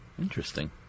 Interesting